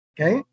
Okay